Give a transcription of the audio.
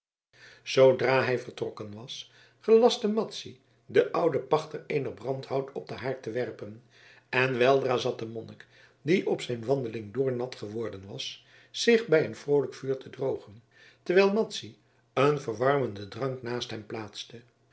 zoodra hij vertrokken was gelastte madzy den ouden pachter eenig brandhout op den haard te werpen en weldra zat de monnik die op zijn wandeling doornat geworden was zich bij een vroolijk vuur te drogen terwijl madzy een verwarmenden drank naast hem plaatste